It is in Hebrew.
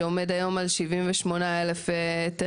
שעומד היום על 78,000 היתרים,